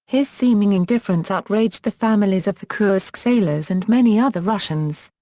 his seeming indifference outraged the families of the kursk sailors and many other russians.